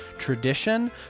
tradition